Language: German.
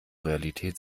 realität